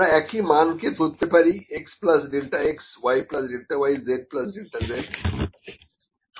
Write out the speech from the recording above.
আমরা একই মানকে ধরতে পারি x plus delta x y plus delta y z plus delta z